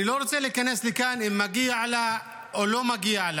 אני לא רוצה להיכנס כאן אם מגיע לה או לא מגיע,